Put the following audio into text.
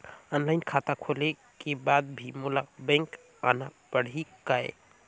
Online खाता खोले के बाद भी मोला बैंक आना पड़ही काय?